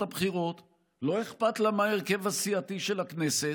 הבחירות ולא אכפת לה מה ההרכב הסיעתי של הכנסת,